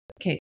Okay